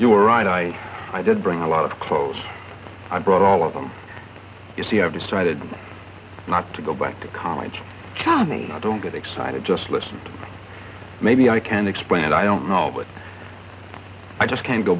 and i i did bring a lot of clothes i brought all of them you see i've decided not to go back to college county i don't get excited just listen maybe i can explain it i don't know but i just can't go